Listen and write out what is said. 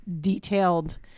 detailed